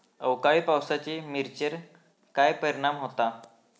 अवकाळी पावसाचे मिरचेर काय परिणाम होता?